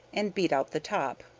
and beat out the top.